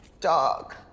dog